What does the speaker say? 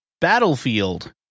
Battlefield